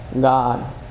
God